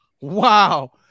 wow